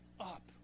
up